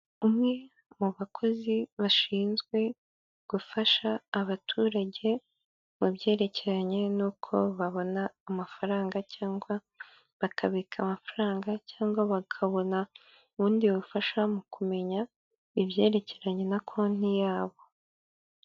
Umwe mu bakozi bashinzwe gufasha abaturage, mu byerekeranye n'uko babona amafaranga, cyangwa bakabika amafaranga, cyangwa bakabona ubundi bufasha mu kumenya ibyerekeranye na konti yabo.